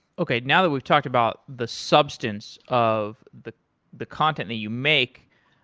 okay, now that we've talked about the substance of the the content that you make,